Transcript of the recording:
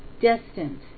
destined